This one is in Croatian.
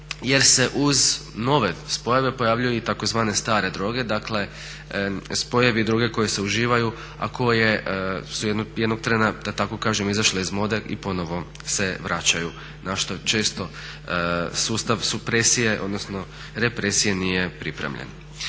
jer se uz nove spojeve pojavljuje i tzv. stare droge, dakle spojevi droge koji se uživaju a koje su jednog trena da tako kažem izašle iz mode i ponovno se vraćaju na što često sustav supresije odnosno represije nije pripremljen.